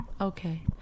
Okay